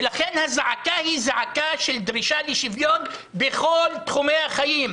לכן הזעקה היא זעקה של דרישה לשוויון בכל תחומי החיים.